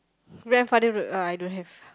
grandfather road uh I don't have